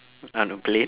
um plate